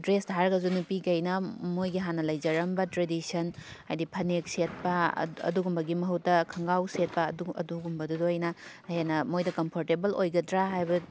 ꯗ꯭ꯔꯦꯁꯇ ꯍꯥꯏꯔꯒꯁꯨ ꯅꯨꯄꯤꯈꯩꯅ ꯃꯈꯣꯏꯒꯤ ꯍꯥꯅ ꯂꯩꯖꯔꯝꯕ ꯇ꯭ꯔꯦꯗꯤꯁꯟ ꯍꯥꯏꯗꯤ ꯐꯅꯦꯛ ꯁꯦꯠꯄ ꯑꯗꯨꯒꯨꯝꯕꯒꯤ ꯃꯍꯨꯠꯇ ꯈꯣꯡꯒ꯭ꯔꯥꯎ ꯁꯦꯠꯄ ꯑꯗꯨꯒꯨꯝꯕꯗꯨꯗ ꯑꯣꯏꯅ ꯍꯦꯟꯅ ꯃꯈꯣꯏꯗ ꯀꯝꯐꯣꯔꯇꯦꯕꯜ ꯑꯣꯏꯒꯗ꯭ꯔꯥ ꯍꯥꯏꯕ